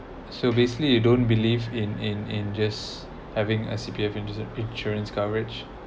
so basically you don't believe in in in just having a C_P_F insurance insurance coverage